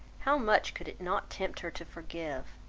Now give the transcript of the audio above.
how much could it not tempt her to forgive!